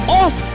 off